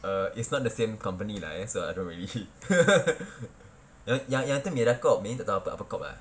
err it's not the same company lah ya so I don't really ya ya tu MediaCorp ini tak tahu apa apa corp ah